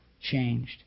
changed